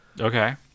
Okay